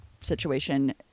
situation